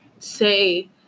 Say